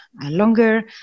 longer